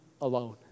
alone